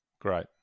Great